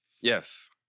Yes